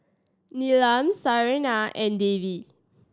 Neelam Saina and Devi